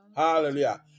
Hallelujah